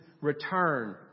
return